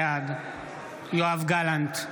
בעד יואב גלנט,